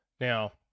now